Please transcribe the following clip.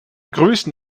größten